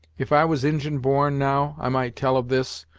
if i was injin born, now, i might tell of this,